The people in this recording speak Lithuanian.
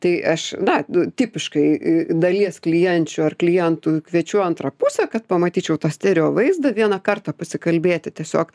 tai aš na tipiškai dalies klienčių ar klientų kviečiu antrą pusę kad pamatyčiau to stereo vaizdą vieną kartą pasikalbėti tiesiog